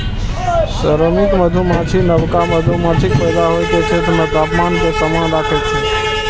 श्रमिक मधुमाछी नवका मधुमाछीक पैदा होइ के क्षेत्र मे तापमान कें समान राखै छै